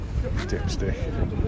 dipstick